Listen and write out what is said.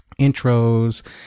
intros